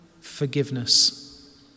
forgiveness